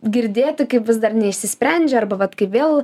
girdėti kaip vis dar neišsisprendžia arba vat kaip vėl